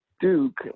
Duke